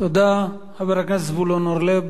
חבר הכנסת זבולון אורלב, בבקשה,